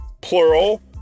plural